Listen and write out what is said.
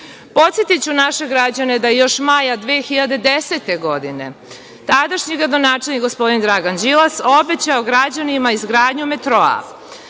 Podsetiću naše građane da još maja 2010. godine, tadašnji gradonačelnik gospodin Dragan Đilas je obećao građanima izgradnju